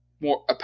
more